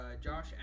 Josh